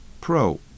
Pro